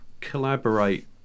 collaborate